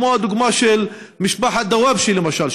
כמו הדוגמה של משפחת דוואבשה למשל,